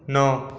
नौ